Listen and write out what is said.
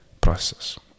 process